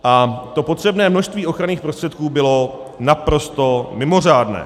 A to potřebné množství ochranných prostředků bylo naprosto mimořádné.